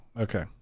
Okay